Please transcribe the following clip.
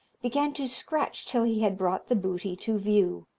began to scratch till he had brought the booty to view.